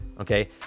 okay